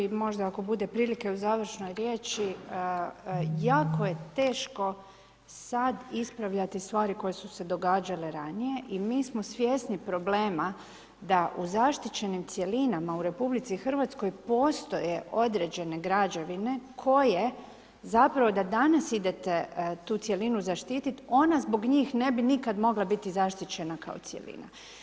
Samo kratko, … možda i ako bude prilike u završnoj riječi, jako je teško sada ispravljati stvari koje su se događale ranije i mi smo svjesni problema da u zaštićenim cjelinama u RH postoje određene građevine koje zapravo da danas idete tu cjelinu zaštitit, ona zbog njih nikad ne bi mogla biti zaštićena kao cjelina.